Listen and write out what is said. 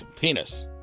Penis